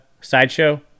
sideshow